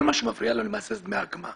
כל מה שמפריע לנו, למעשה, זה דמי הקמה.